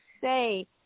say